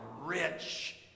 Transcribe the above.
rich